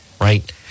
right